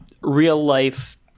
real-life